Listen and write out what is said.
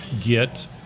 get